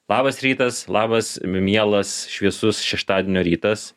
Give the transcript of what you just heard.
labas rytas labas mielas šviesus šeštadienio rytas